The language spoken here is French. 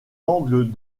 angles